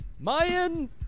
Mayan